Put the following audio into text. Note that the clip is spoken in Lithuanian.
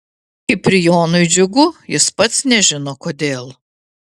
kiprijonui džiugu jis pats nežino kodėl